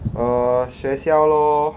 uh 学校 lor